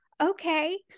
okay